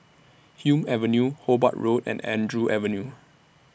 Hume Avenue Hobart Road and Andrew Avenue